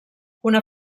una